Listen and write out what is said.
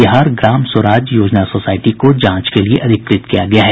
बिहार ग्राम स्वराज योजना सोसायटी को जांच के लिए अधिकृत किया गया है